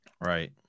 Right